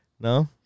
No